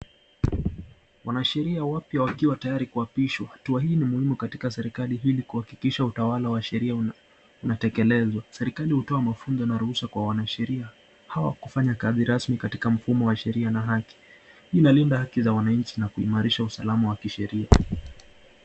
Wanasheria wapya wakiwa tayari kuapishwa. Hatua hii ni muhimu katika serikali ili kuhakikisha utawala wa sheria unatekelezwa. Serikali hutoka mafunzo na ruhusa kwa wanasheria hawa kufanya kazi rasmi katika mfumo wa sheria na haki. Hii inalinda haki za wananchi na kuimarisha usalama wa kisheria.